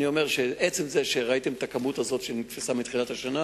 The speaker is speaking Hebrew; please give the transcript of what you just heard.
אני אומר שעצם זה שראיתם את הכמות הזאת שנתפסה מתחילת השנה,